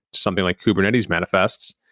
something like kubernetes manifests,